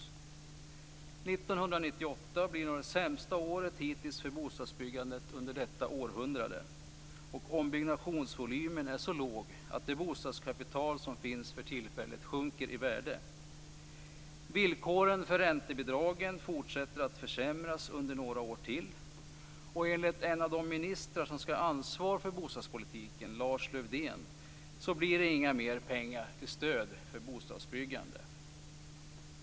År 1998 blir nog det sämsta året hittills för bostadsbyggandet under detta århundrade. Ombyggnadsvolymen är så låg att det bostadskapital som för tillfället finns sjunker i värde. Villkoren för räntebidragen fortsätter att försämras under några år till. Enligt ett av de statsråd som har ansvar för bostadspolitiken, Lars-Erik Lövdén, blir det inga mer pengar till stöd för bostadsbyggandet.